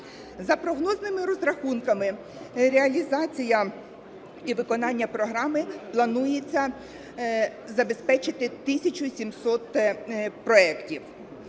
За прогнозними розрахунками на реалізацію і виконання програми планується забезпечити 1 тисячу 700 проєктів: